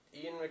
Ian